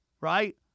right